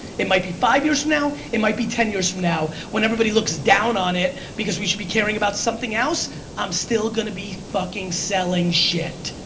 it might be five years from now, it might be ten years from now when everybody looks down on it because we should be caring about something else i'm still going to be fucking selling shit.